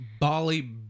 Bali